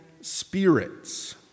spirits